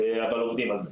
אבל עובדים על זה.